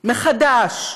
מחדש.